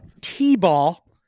T-Ball